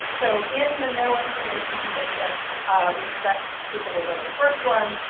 so in the no information condition we expect people will go to the first one.